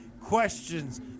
questions